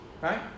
right